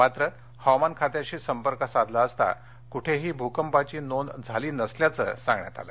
मात्र हवामान खात्याशी संपर्क साधला असता कुठेही भूकंपाची नोंद झाली नसल्याचं सांगण्यात आलं